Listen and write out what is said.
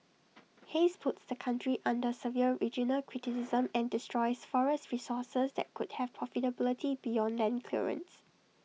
haze puts the country under severe regional criticism and destroys forest resources that could have profitability beyond land clearance